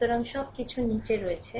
সুতরাং সবকিছু নীচে রয়েছে